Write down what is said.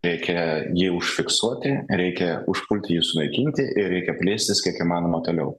reikia jį užfiksuoti reikia užpulti jį sunaikinti ir reikia plėstis kiek įmanoma toliau